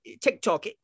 TikTok